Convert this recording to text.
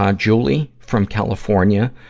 um julie from california,